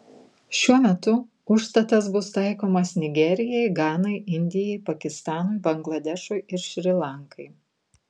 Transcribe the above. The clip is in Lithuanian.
šiuo metu užstatas bus taikomas nigerijai ganai indijai pakistanui bangladešui ir šri lankai